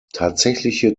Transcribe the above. tatsächliche